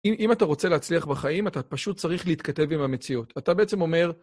אם אם אתה רוצה להצליח בחיים, אתה פשוט צריך להתכתב עם המציאות. אתה בעצם אומר...